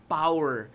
power